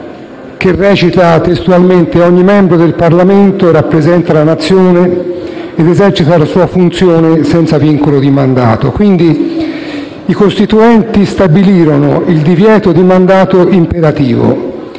che recita: «Ogni membro del Parlamento rappresenta la Nazione ed esercita la sua funzione senza vincolo di mandato». I Costituenti, quindi, stabilirono il divieto di mandato imperativo: